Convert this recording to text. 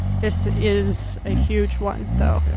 this is a huge one though.